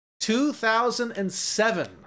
2007